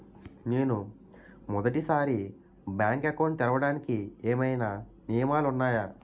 నేను మొదటి సారి బ్యాంక్ అకౌంట్ తెరవడానికి ఏమైనా నియమాలు వున్నాయా?